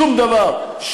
שום דבר,